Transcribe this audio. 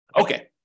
Okay